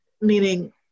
meaning